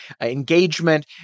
engagement